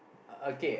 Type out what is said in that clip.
okay